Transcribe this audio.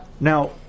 Now